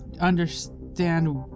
understand